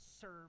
Serve